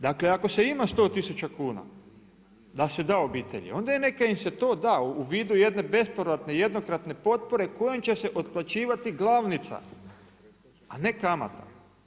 Dakle, ako se ima 100 tisuća kuna, da se da obitelji onda neka im se to da u vidu jedne bespovratne, jednokratne potpore kojim će se otplaćivati glavnica, a ne kamata.